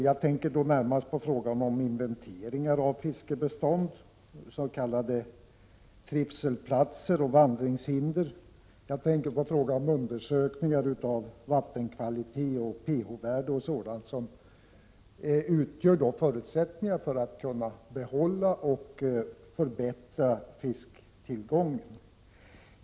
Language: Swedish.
Jag avser då närmast inventeringar av fiskbestånd, s.k. trivselplatser och vandringshinder, undersökningar av vattenkvalitet och pH-värde — sådant som utgör förutsättningar för att man skall kunna behålla och förbättra fisktillgången.